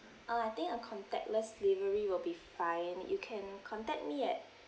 uh I think a contactless delivery will be fine you can contact me at